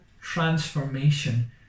transformation